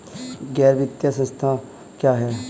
गैर वित्तीय संस्था क्या है?